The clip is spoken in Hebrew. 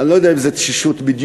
תשישות.